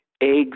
eggs